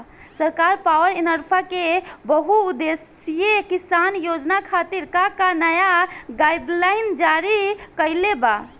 सरकार पॉवरइन्फ्रा के बहुउद्देश्यीय किसान योजना खातिर का का नया गाइडलाइन जारी कइले बा?